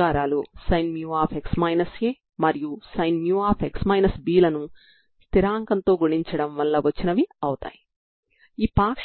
కాబట్టి ఆ విలువలకు c1 ఆర్బిటరీ గా ఉంటుంది కాబట్టి మీరు